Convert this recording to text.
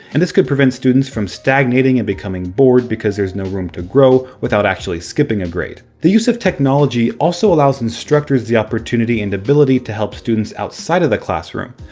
and this could prevent students from stagnating and becoming bored because there is no room to grow without actually skipping a grade. the use of technology also allows instructors the opportunity and ability to help students outside of the classroom.